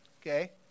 okay